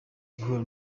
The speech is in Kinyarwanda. guhura